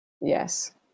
Yes